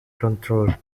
control